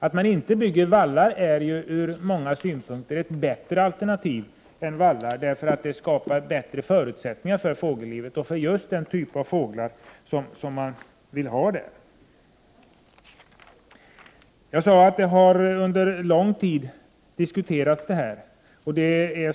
Att man inte bygger vallar är ur många synpunkter ett bättre alternativ än motsatsen, därför att det skapar bättre förutsättningar för fågellivet, och för just den typ av fåglar som man vill ha där. Jag sade förut att detta har diskuterats under lång tid.